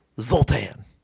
Zoltan